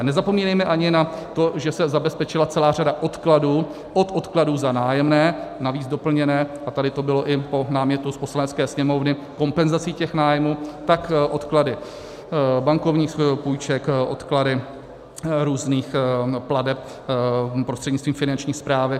Nezapomínejme ani na to, že se zabezpečila celá řada odkladů, od odkladů za nájemné, navíc doplněné a tady to bylo i po námětu z Poslanecké sněmovny kompenzací těch nájmů, tak odklady bankovních půjček, odklady různých plateb prostřednictvím Finanční správy.